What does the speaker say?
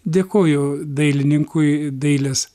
dėkoju dailininkui dailės